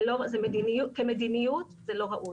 זה מדיניות כמדיניות זה לא ראוי.